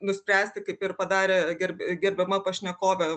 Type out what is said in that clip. nuspręsti kaip ir padarė gerb gebama pašnekovė